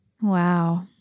Wow